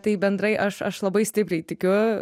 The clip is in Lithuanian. tai bendrai aš aš labai stipriai tikiu